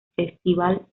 festival